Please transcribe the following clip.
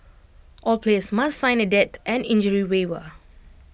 all players must sign A death and injury waiver